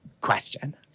question